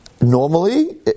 Normally